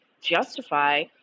justify